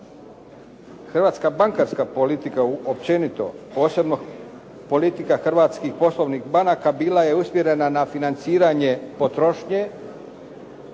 hrvatska bankarska politika općenito posebno politika hrvatskih poslovnih banaka bila je usmjerena na financiranje potrošnje